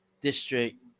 district